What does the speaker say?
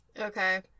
Okay